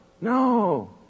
No